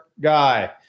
guy